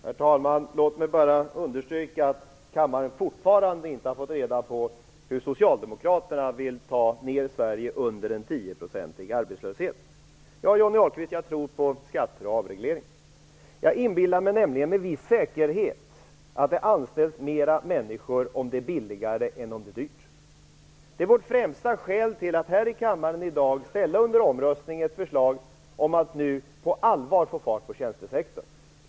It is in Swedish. Herr talman! Låt mig understryka att kammaren fortfarande inte har fått reda på hur Socialdemokraterna vill ta ner Sverige under en arbetslöshet på 10 %. Jag tror på skattesänkningar och avreglering, Johnny Ahlqvist. Jag inbillar mig nämligen med viss säkerhet att det anställs fler människor om det är billigare än om det är dyrt. Det är vårt främsta skäl till att här i kammaren i dag ställa under omröstning ett förslag om att nu på allvar få fart på tjänstesektorn.